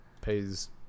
pays